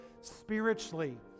spiritually